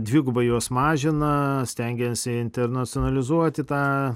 dvigubai juos mažina stengiasi internacionalizuoti tą